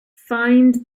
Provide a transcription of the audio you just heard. find